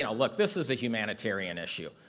and like this is a humanitarian issue.